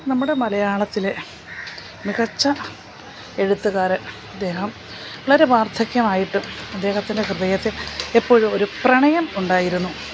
നമ്മുടെ മലയാളത്തിൽ മികച്ച എഴുത്തുകാരൻ ഇദ്ദേഹം വളരെ വാർദ്ധക്യമായിട്ടും അദ്ദേഹത്തിൻ്റെ ഹൃദയത്തിൽ എപ്പോഴും ഒരു പ്രണയം ഉണ്ടായിരുന്നു